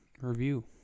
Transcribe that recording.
review